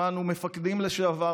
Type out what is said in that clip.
שמענו מפקדים לשעבר,